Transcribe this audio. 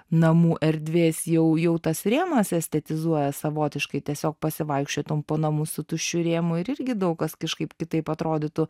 namų erdvės jau jau tas rėmas estetizuoja savotiškai tiesiog pasivaikščiotum po namus su tuščiu rėmu ir irgi daug kas kažkaip kitaip atrodytų